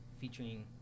featuring